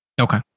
Okay